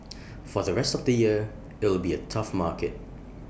for the rest of the year IT will be A tough market